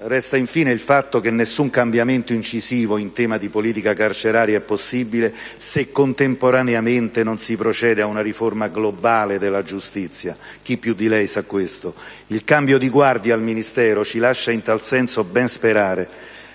resta infine il fatto che nessun cambiamento incisivo in tema di politica carceraria è possibile se contemporaneamente non si procede a una riforma globale della giustizia. Chi più di lei, Ministro, sa questo? Il cambio di guardia al Ministero ci lascia in tal senso ben sperare.